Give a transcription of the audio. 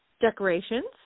decorations